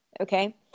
Okay